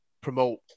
promote